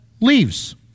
leaves